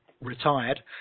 retired